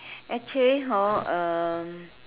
actually hor uh